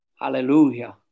Hallelujah